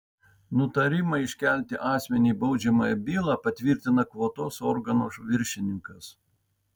nutarimą iškelti asmeniui baudžiamąją bylą patvirtina kvotos organo viršininkas